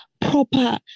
proper